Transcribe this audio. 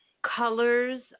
Colors